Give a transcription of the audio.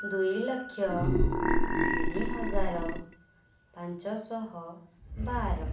ଦୁଇ ଲକ୍ଷ ତିନି ହଜାର ପାଞ୍ଚଶହ ବାର